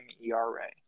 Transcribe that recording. ERA